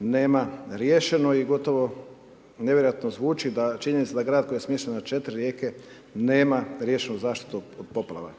nema riješeno i gotovo nevjerojatno zvuči da, činjenica da grad koji je smješten na 4 rijeke nema riješenu zaštitu od poplava.